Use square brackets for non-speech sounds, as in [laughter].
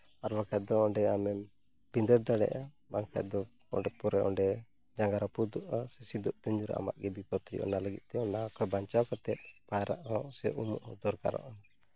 ᱟᱨ ᱵᱟᱠᱷᱟᱡ ᱫᱚ ᱚᱸᱰᱮ ᱟᱢᱮᱢ ᱵᱷᱤᱸᱫᱟᱹᱲ ᱫᱟᱲᱮᱭᱟᱜᱼᱟ ᱵᱟᱠᱷᱟᱱ ᱫᱚ ᱸᱰᱮ ᱯᱩᱨᱟᱹ ᱡᱟᱸᱜᱟ ᱨᱟᱹᱯᱩᱫᱚᱜᱼᱟ [unintelligible] ᱥᱮ ᱟᱢᱟᱜ ᱜᱮ ᱵᱤᱯᱚᱫ ᱦᱩᱭᱩᱜᱼᱟ ᱚᱱᱟ ᱞᱟᱹᱜᱤᱫ ᱛᱮ ᱚᱱᱟ ᱠᱷᱚᱱ ᱵᱟᱧᱪᱟᱣ ᱠᱟᱛᱮᱫ ᱟᱨ ᱢᱟᱲᱟᱝ ᱥᱮᱫ ᱩᱢᱩᱜ ᱫᱚᱨᱠᱟᱨᱚᱜᱼᱟ